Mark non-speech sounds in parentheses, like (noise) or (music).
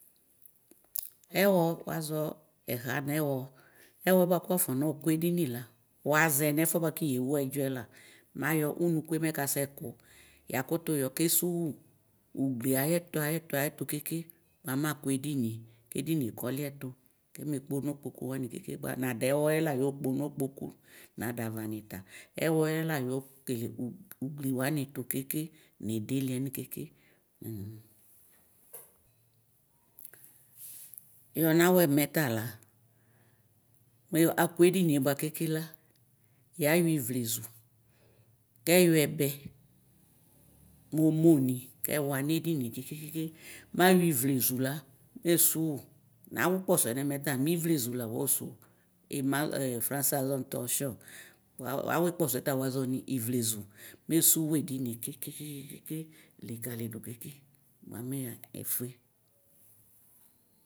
Ɛwɔ wazɔ ɛxa nʋ ɛwɔ ɛwɔ bʋakʋ wafɔ nɔkʋ edini la wazɛ nɛfʋɛ bʋakʋ yewʋ ɛdzɔɛ la mayɔ ʋnʋkʋe mɛkasɛ kʋ yahʋ yɔ kesʋwʋ ʋgli ayɛtʋ ayɛtʋ keke bʋa makʋ edinie nedinie kɔliɛtʋ keme kpono kpokʋ wani keke bʋa nadʋ ɛwɔyela yɔkpono kpoki nadava nita ɛvɔɛ la yɔkekele ugli wanitʋ keke nidiɛni keke. (hesitation) Nixa na wʋɛmɛ tala mʋ akʋ edinie bʋakela yayɔ ivlezʋ la mɛ esʋwʋ nawʋ kpɔsɔɛ nɛmɛ ta mɛ ivlezʋ la wasʋ ema frasɛ azɔnʋ tɔshɔ awʋ akpɔsɔɛ ta wazɔnʋ ivlezʋ mesʋwui keke keke likalidʋ keke bʋamɛ efue.